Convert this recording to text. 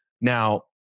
Now